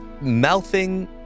mouthing